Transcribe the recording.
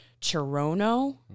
Chirono